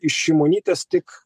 iš šimonytės tik